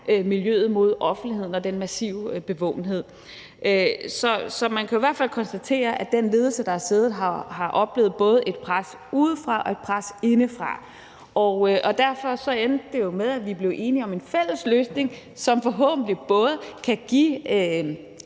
miljøet mod offentligheden og den massive bevågenhed. Så man kan i hvert fald konstatere, at den ledelse, der har siddet, har oplevet både et pres udefra og et pres indefra, og derfor endte det jo med, at vi blev enige om en fælles løsning, som forhåbentlig kan give